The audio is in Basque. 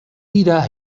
dira